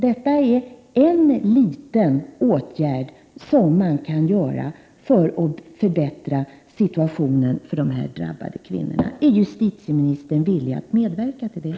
Detta är en liten åtgärd som man kan vidta för att förbättra situationen för de drabbade kvinnorna. Är justitieministern villig att medverka till det?